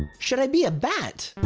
should i be a bat?